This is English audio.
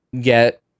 get